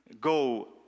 go